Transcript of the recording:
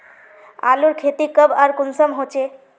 आलूर खेती कब आर कुंसम होचे?